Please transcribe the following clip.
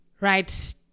right